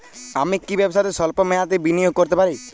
আমি কি ব্যবসাতে স্বল্প মেয়াদি বিনিয়োগ করতে পারি?